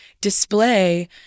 display